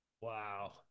Wow